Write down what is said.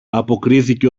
αποκρίθηκε